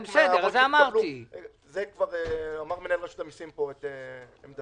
זה אמר מנהל רשות המיסים את עמדתו.